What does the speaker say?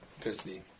Christy